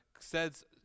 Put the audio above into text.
says